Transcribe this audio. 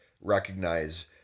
recognize